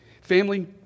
Family